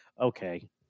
okay